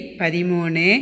padimone